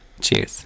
Cheers